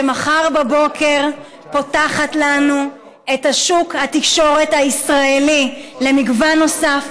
שמחר בבוקר פותחת לנו את שוק התקשורת הישראלי למגוון נוסף,